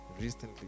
Recently